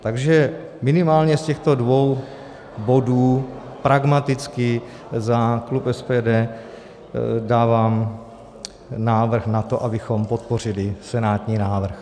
Takže minimálně z těchto dvou bodů pragmaticky za klub SPD dávám návrh na to, abychom podpořili senátní návrh.